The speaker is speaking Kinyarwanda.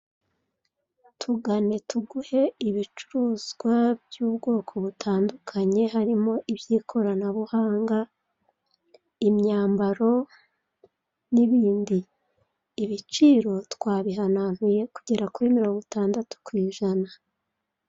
Tugane tuguhe ibicuruzwa by'ubwoko butandukanye harimo iby'ikoranabuhanga, imyambaro n'ibindi. Ibiciro twabihananuye kugera kuri mirongo itandatu ku ijana.